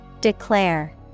Declare